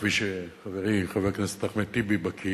כפי שחברי חבר הכנסת אחמד טיבי בקי,